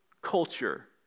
culture